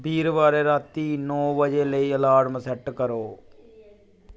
बीरबारें रातीं नौ बजे लेई अलार्म सैट्ट करो